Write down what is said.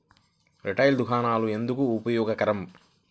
Retail దుకాణాలు ఎందుకు ఉపయోగకరం?